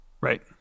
right